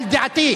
על דעתי.